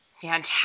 Fantastic